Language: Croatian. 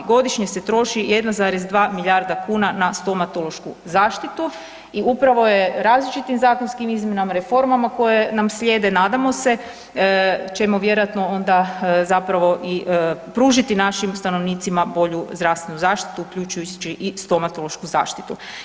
Godišnje se troši 1,2 milijarda kuna na stomatološku zaštitu i upravo je različitim zakonskim izmjenama i reformama koje nam slijede, nadamo se, ćemo vjerojatno onda zapravo i pružiti našim stanovnicima bolju zdravstvenu zaštitu uključujući i stomatološku zaštitu.